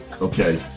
Okay